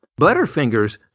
Butterfingers